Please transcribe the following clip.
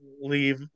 leave